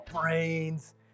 brains